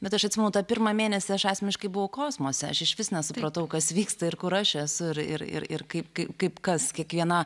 bet aš atsimenu tą pirmą mėnesį aš asmeniškai buvo kosmose aš išvis nesupratau kas vyksta ir kur aš esu ir ir kaip kai kaip kas kiekviena